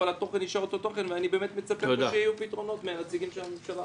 אבל התוכן נשאר אותו תוכן ואני מצפה שיהיו פתרונות מהנציגים של הממשלה.